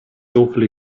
awfully